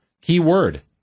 keyword